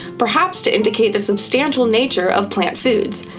perhaps to indicate the substantial nature of plant foods.